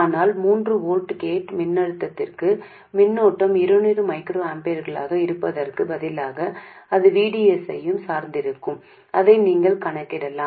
ஆனால் மூன்று volt gate மின்னழுத்தத்திற்கு மின்னோட்டம் இருநூறு மைக்ரோஆம்பியர்களாக இருப்பதற்குப் பதிலாக அது V D S ஐயும் சார்ந்திருக்கும் அதை நீங்கள் கணக்கிடலாம்